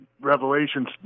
revelations